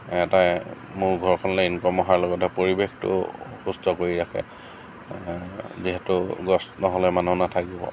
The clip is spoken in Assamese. এটাই মোৰ ঘৰখনলে ইনকম অহাৰ লগতে পৰিৱেশটো সুষ্ট কৰি ৰাখে যিহেতু গছ নহ'লে মানুহ নাথাকিব